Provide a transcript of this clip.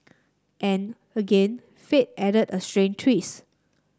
and again fate added a strange twist